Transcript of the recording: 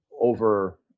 over